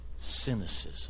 cynicism